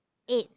eight